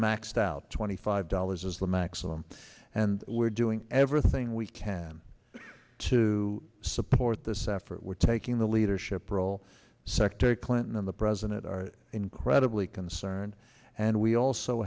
maxed out twenty five dollars is the maximum and we're doing everything we can to support this effort we're taking the leadership role secretary clinton and the president are incredibly concerned and we also